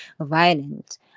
violent